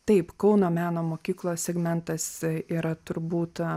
taip kauno meno mokyklos segmentas yra turbūt